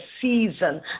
season